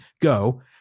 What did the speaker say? go